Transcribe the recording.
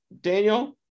daniel